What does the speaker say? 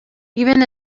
even